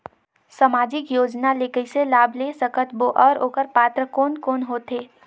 समाजिक योजना ले कइसे लाभ ले सकत बो और ओकर पात्र कोन कोन हो थे?